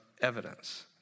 evidence